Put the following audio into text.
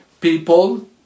people